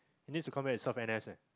he needs to come back and serve N_S ah